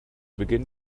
beginn